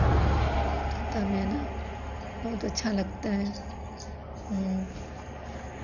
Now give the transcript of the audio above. तोता मैना बहुत अच्छा लगता है